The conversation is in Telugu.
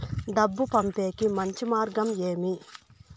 డబ్బు పంపేకి మంచి మార్గం ఏమి